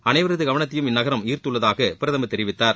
அனைவரது கவனத்தையும் இந்நகரம் ஈர்த்துள்ளதாக பிரதமர் தெரிவித்தார்